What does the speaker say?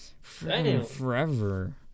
forever